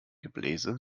gebläse